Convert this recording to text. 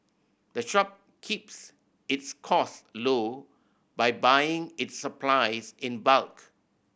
the shop keeps its costs low by buying its supplies in bulk